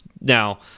Now